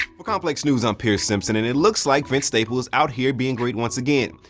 for complex news, i'm pierce simpson and it looks like vince staples is out here being great once again,